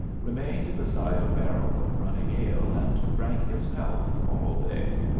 remained beside a barrel of running ale and drank his health all day.